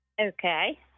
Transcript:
Okay